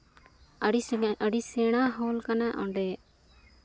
ᱟᱹᱰᱤ ᱥᱮᱬᱟ ᱟᱹᱰᱤ ᱥᱮᱬᱟ ᱦᱚᱞ ᱠᱟᱱᱟ ᱚᱸᱰᱮ